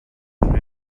crowd